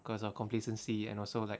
because of complacency and also like